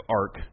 arc